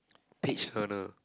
page earner